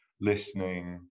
listening